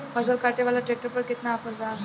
फसल काटे वाला ट्रैक्टर पर केतना ऑफर बा?